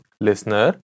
Listener